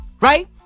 Right